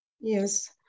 Yes